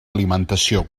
alimentació